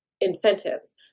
incentives